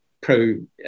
pro